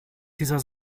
dieser